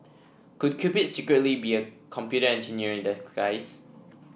could Cupid secretly be a computer engineer in disguise